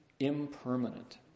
impermanent